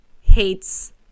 hates